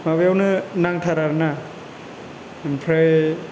माबायावनो नांथारा आरो ना ओमफ्राय